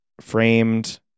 Framed